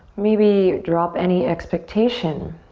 maybe drop any expectation.